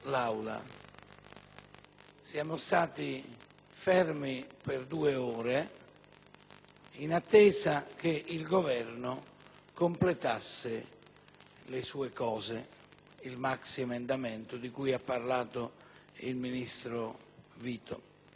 in attesa che il Governo completasse le sue cose, vale a dire il maxiemendamento di cui ha parlato il ministro Vito. Sappiamo perfettamente che il Governo